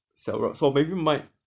小 rab so maybe mine